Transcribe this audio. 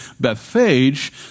Bethphage